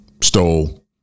stole